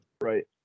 Right